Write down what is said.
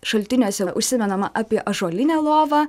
šaltiniuose užsimenama apie ąžuolinę lovą